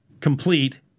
complete